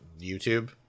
YouTube